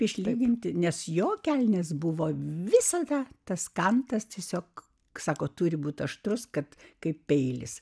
išlyginti nes jo kelnės buvo visa tas kantas tiesiog sako turi būti aštrus kad kaip peilis